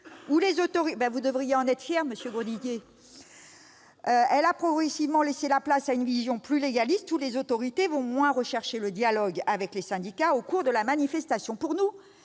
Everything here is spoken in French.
pour faire le moins de blessés, a évolué. Elle a progressivement laissé la place à une vision plus légaliste où les autorités vont moins rechercher le dialogue avec les syndicats au cours de la manifestation.